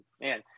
man